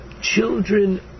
children